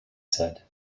said